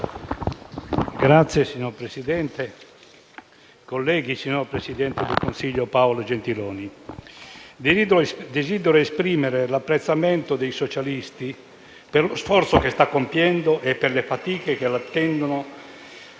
Signor presidente, colleghi, signor presidente del consiglio Paolo Gentiloni Silveri, desidero esprimere l'apprezzamento dei socialisti per lo sforzo che sta compiendo e per le fatiche che attendono